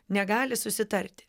negali susitarti